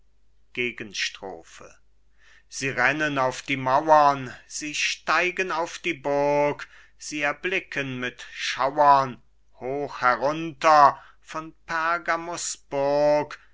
sie rennen auf die mauern sie steigen auf die burg sie erblicken mit schauern hoch herunter von